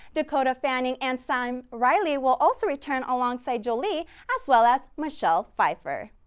dakota fanning and sam riley will also return alongside jolie as well as michelle pfeiffer.